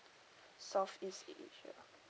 southeast asia